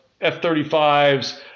F-35s